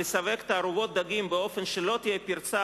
לסווג תערובות דגים באופן שלא תהיה פרצה